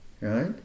right